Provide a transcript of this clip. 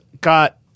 got